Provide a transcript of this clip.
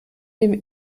dem